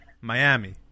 Miami